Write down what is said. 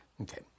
Okay